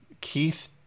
Keith